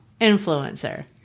influencer